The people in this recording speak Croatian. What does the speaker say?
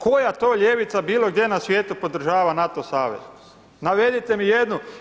Koja to ljevica bilo gdje na svijetu podržava NATO savez, navedite mi jednu.